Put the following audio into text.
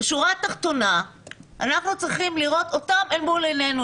בשורה התחתונה אנחנו צריכים לראות אותם אל מול עינינו,